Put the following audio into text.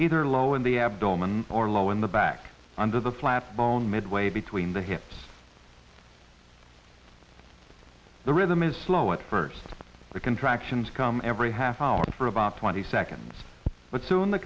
either low in the abdomen or low in the back under the flap bone midway between the hips the rhythm is slow at first the contractions come every half hour for about twenty seconds but soon the